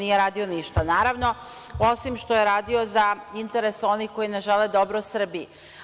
Nije radio ništa, naravno, osim što je radio za interese onih koji ne žele dobro Srbiji.